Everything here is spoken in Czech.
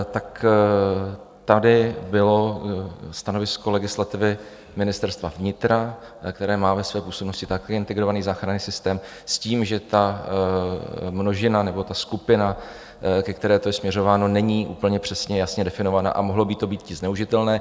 Tak tady bylo stanovisko legislativy Ministerstva vnitra, které má ve své působnosti také integrovaný záchranný systém, s tím, že ta množina nebo ta skupina, ke které to je směřováno, není úplně přesně, jasně definovaná a mohlo by to být zneužitelné.